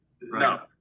No